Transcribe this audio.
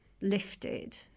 lifted